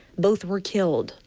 both were killed.